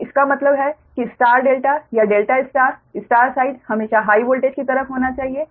तो इसका मतलब है कि स्टार डेल्टा या डेल्टा स्टार स्टार साइड हमेशा हाइ वोल्टेज की तरफ होना चाहिए